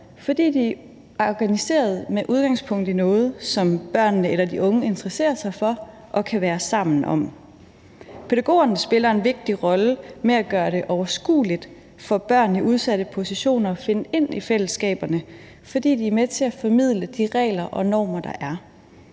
fordi de er organiseret med udgangspunkt i noget, som børnene eller de unge interesserer sig for og kan være sammen om. Pædagogerne spiller en vigtig rolle med hensyn til at gøre det overskueligt for børn i udsatte positioner at finde ind i fællesskaberne, fordi de er med til at formidle de regler og normer, der er.